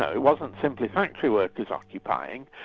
it wasn't simply ah factory workers occupying,